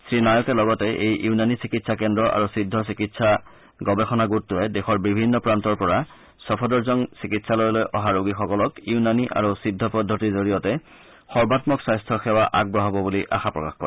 শ্ৰীনায়কে লগতে এই ইউনানী চিকিৎসা কেন্দ্ৰ আৰু সিদ্ধ চিকিৎসা গৱেষণা গোটটোৱে দেশৰ বিভিন্ন প্ৰান্তৰ পৰা ছফদৰজং চিকিৎসালয়লৈ অহা ৰোগীসকলক ইউনানী আৰু সিদ্ধ পদ্ধতিৰ জৰিয়তে সৰ্বামক স্বাস্থ্য সেৱা আগবঢ়াব বুলি আশা প্ৰকাশ কৰে